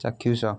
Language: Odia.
ଚାକ୍ଷୁଷ